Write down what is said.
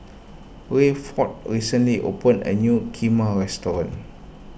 Rayford recently opened a new Kheema restaurant